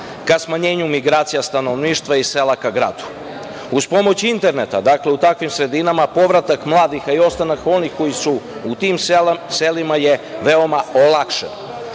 ka smanjenju migracija stanovništva iz sela ka gradu. Uz pomoć interneta, dakle, u takvim sredinama povratak mladih, a i ostanak onih koji su u tim selima je veoma olakšan.